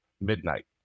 midnight